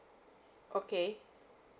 okay